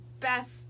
best